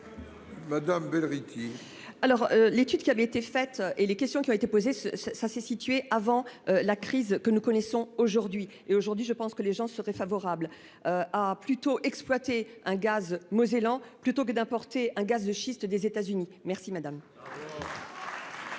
Madame belle Rithi. Alors l'étude qui avait été fait et les questions qui ont été posées ce ça s'est situé avant la crise que nous connaissons aujourd'hui et aujourd'hui je pense que les gens seraient favorables. À plutôt exploité un gaz mosellan plutôt que d'apporter un gaz de schiste des États-Unis. Merci madame.